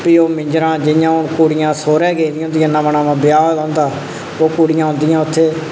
भी ओह् मिंजरां जि'यां हून कुड़ियां सौह्रे गेदियां होंदियां नमां ब्याह होए दा होंदा ओह् कुड़ियां औंदियां उत्थै